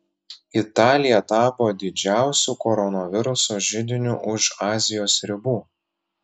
italija tapo didžiausiu koronaviruso židiniu už azijos ribų